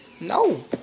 No